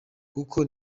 kuko